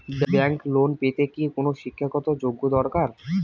Bank loan পেতে কি কোনো শিক্ষা গত যোগ্য দরকার?